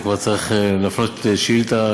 על זה כבר צריך להפנות שאילתה,